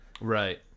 Right